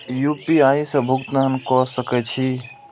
UPI से भुगतान क सके छी?